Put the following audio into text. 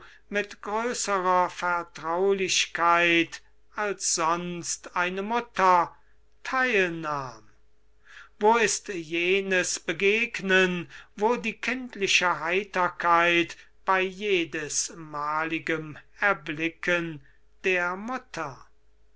mit größerer vertraulichkeit als eine mutter theil nahm wo ist jenes begegnen wo die kindliche heiterkeit bei erblicken der mutter